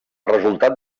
resultat